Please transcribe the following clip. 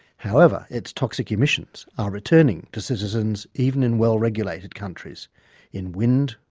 however its toxic emissions are returning to citizens even in well-regulated countries in wind,